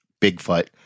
Bigfoot